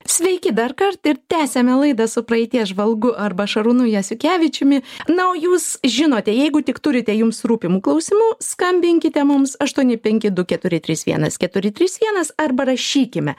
sveiki dar kart ir tęsiame laidą su praeities žvalgu arba šarūnu jasiukevičiumi na o jūs žinote jeigu tik turite jums rūpimų klausimų skambinkite mums aštuoni penki du keturi trys vienas keturi trys vienas arba rašykime